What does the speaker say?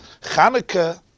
Chanukah